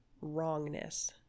wrongness